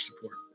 support